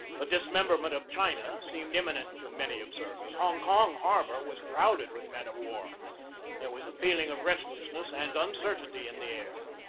the dismemberment of china seemed imminent to many observers. hong kong harbor was crowded with men-of-war there was a feeling of restlessness and uncertainty in the air.